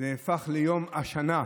נהפך ליום השנה,